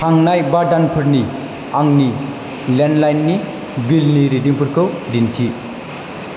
थांनाय बा दानफोरनि आंनि लेन्डलाइननि बिलनि रिदिंफोरखौ दिन्थि